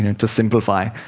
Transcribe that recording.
you know to simplify,